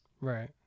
Right